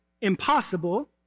impossible